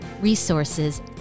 resources